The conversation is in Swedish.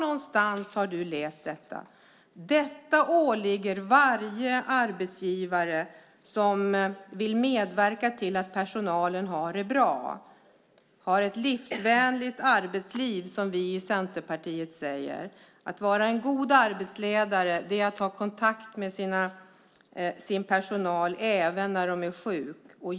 Detta åligger varje arbetsgivare som vill medverka till att personalen har det bra och har ett livsvänligt arbetsliv, som vi i Centerpartiet säger. Att vara en god arbetsledare är att ha kontakt med sin personal även när de är sjuka.